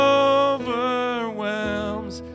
overwhelms